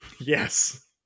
Yes